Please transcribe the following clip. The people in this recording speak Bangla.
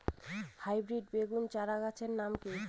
হাইব্রিড বেগুন চারাগাছের নাম কি?